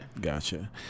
gotcha